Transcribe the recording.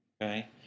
okay